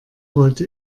wollte